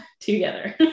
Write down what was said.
together